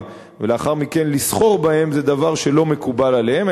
ולאחר מכן לסחור בהם זה דבר שלא מקובל עליהם.